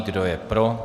Kdo je pro?